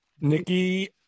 Nikki